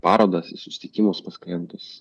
parodas į susitikimus pas klientus